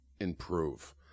improve